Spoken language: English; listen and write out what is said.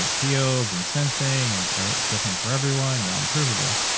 and fields and sensing and are different for everyone, non-provable.